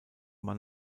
man